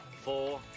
four